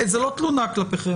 זו לא תלונה כלפיכם,